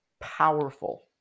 powerful